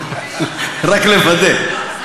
רק לוודא.